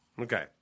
Okay